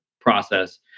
process